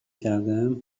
کردم